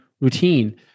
routine